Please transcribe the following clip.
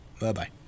Bye-bye